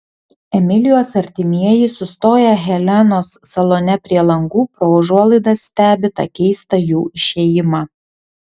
emilijos artimieji sustoję helenos salone prie langų pro užuolaidas stebi tą keistą jų išėjimą